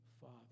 Father